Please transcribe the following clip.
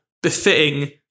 befitting